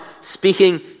speaking